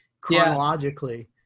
chronologically